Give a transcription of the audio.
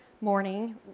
morning